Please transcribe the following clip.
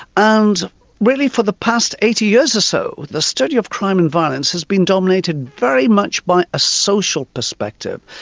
and really for the past eighty years or so the study of crime and violence has been dominated very much by a social perspective.